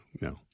no